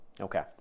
Okay